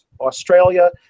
Australia